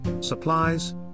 supplies